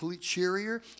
cheerier